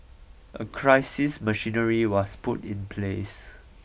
a crisis machinery was put in place